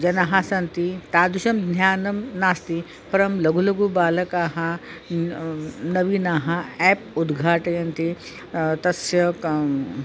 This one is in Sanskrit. जनाः सन्ति तादृशं ज्ञानं नास्ति परं लघु लघु बालकाः नवीनाः एप् उद्घाटयन्ति तस्य किम्